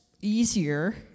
easier